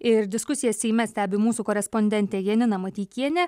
ir diskusiją seime stebi mūsų korespondentė janina mateikienė